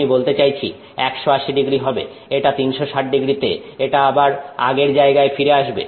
আমি বলতে চাইছি 180º হবে এটা 360º তে এটা আবার আগের জায়গায় ফিরে আসবে